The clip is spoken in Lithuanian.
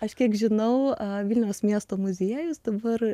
aš kiek žinau vilniaus miesto muziejus dabar